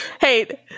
hey